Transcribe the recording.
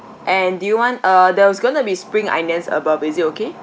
and do you want uh there was going to be spring onions above is it okay